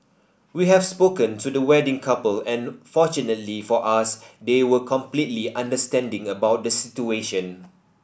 we have spoken to the wedding couple and fortunately for us they were completely understanding about the situation